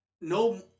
No